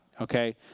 Okay